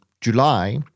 July